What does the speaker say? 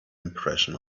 impression